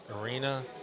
arena